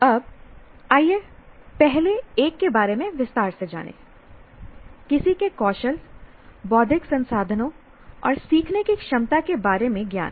अब आइए पहले एक के बारे में विस्तार से जानें किसी के कौशल बौद्धिक संसाधनों और सीखने की क्षमता के बारे में ज्ञान